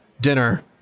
dinner